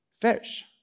fish